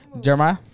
Jeremiah